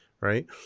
right